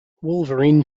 wolverine